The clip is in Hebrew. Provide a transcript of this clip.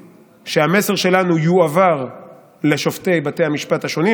שהמסר שלנו יועבר לשופטי בתי המשפט השונים,